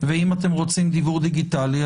ואם אתם רוצים דיוור דיגיטלי,